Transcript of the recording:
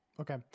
Okay